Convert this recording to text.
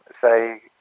say